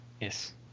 Yes